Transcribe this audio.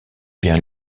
bien